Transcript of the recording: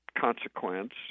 consequence